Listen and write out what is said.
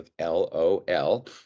LOL